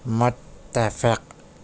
متفق